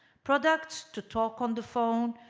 products to talk on the phone,